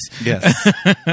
Yes